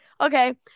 okay